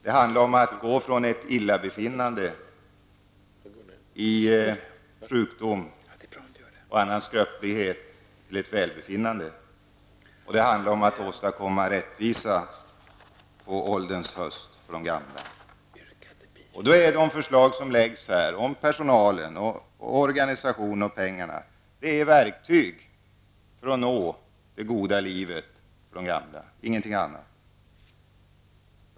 Det handlar om att gå från ett illabefinnande vid sjukdom och annan skröplighet till ett välbefinnande liksom om att skapa rättvisa på ålderns höst. De förslag som läggs fram och som rör personalen, organisationen och pengarna är verktyg för att åstadkomma det goda livet för de gamla -- ingenting annat.